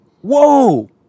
whoa